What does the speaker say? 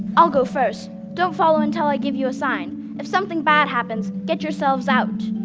i'll go first. don't follow until i give you a sign. if something bad happens, get yourselves out.